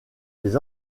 des